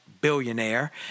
billionaire